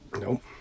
Nope